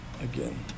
again